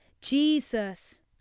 Jesus